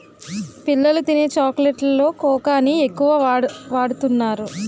పిల్లలు తినే చాక్లెట్స్ లో కోకాని ఎక్కువ వాడుతున్నారు